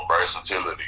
versatility